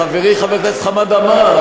חברי חבר הכנסת חמד עמאר,